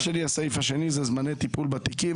הסעיף השני הוא זמני טיפול בתיקים.